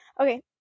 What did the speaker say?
Okay